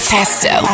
Festo